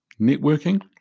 networking